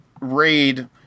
raid